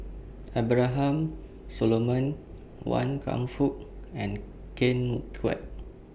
Abraham Solomon Wan Kam Fook and Ken Kwek